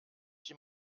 die